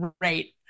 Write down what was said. great